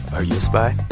are you a spy?